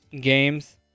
games